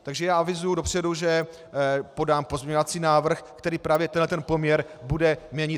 Takže já avizuji dopředu, že podám pozměňovací návrh, který právě tenhle poměr bude měnit.